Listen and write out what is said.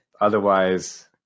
Otherwise